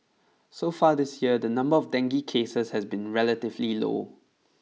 so far this year the number of dengue cases has been relatively low